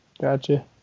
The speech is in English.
Gotcha